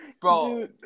Bro